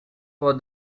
for